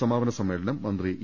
സമാപന സമ്മേളനം മന്ത്രി ഇ